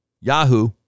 Yahoo